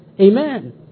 Amen